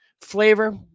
Flavor